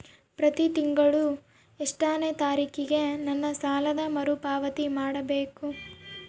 ಪ್ರತಿ ತಿಂಗಳು ಎಷ್ಟನೇ ತಾರೇಕಿಗೆ ನನ್ನ ಸಾಲದ ಮರುಪಾವತಿ ಮಾಡಬೇಕು?